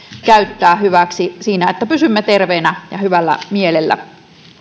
käyttää hyväksi siinä että pysymme terveenä ja hyvällä mielellä